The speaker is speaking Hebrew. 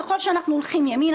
ככל שאנחנו הולכים ימינה,